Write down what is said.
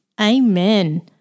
Amen